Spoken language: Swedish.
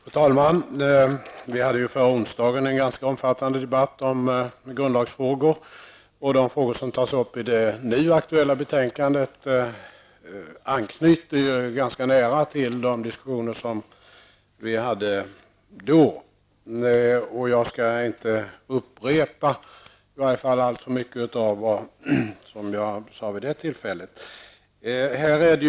Fru talman! Vi hade förra onsdagen en ganska omfattande debatt om grundlagsfrågor. De frågor som tas upp i det aktuella betänkandet anknyter ganska nära till de diskussioner som vi förde då. Jag skall inte upprepa i varje fall alltför mycket av vad jag sade vid det tillfället.